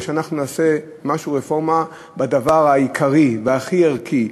או שאנחנו נעשה רפורמה בדבר העיקרי והכי ערכי,